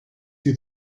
you